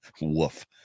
Woof